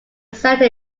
centre